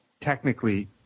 technically